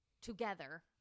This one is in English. together